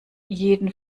jeden